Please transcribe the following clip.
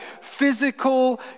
physical